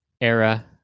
era